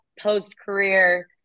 post-career